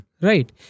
Right